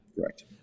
Correct